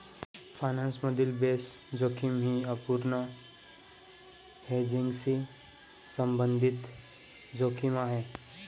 finance मधील base जोखीम ही अपूर्ण हेजिंगशी संबंधित जोखीम आहे